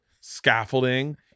scaffolding